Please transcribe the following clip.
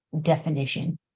definition